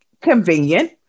convenient